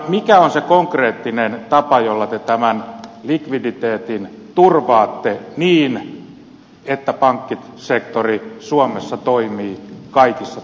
mikä on se konkreettinen tapa jolla te tämän likviditeetin turvaatte niin että pankkisektori suomessa toimii kaikissa tilanteissa